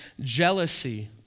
jealousy